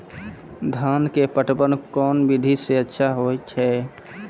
धान के पटवन कोन विधि सै अच्छा होय छै?